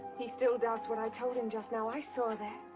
he still doubts what i told him just now, i saw that.